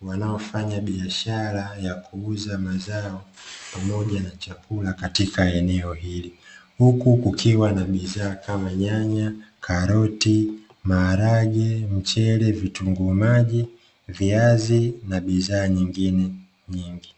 wanaofanya biashara ya kuuza mazao pamoja na chakula katika eneo hili. Huku kukiwa na bidhaa kama nyanya, karoti, maharage, mchele, vitunguu maji, viazi, na bidhaa nyingine nyingi.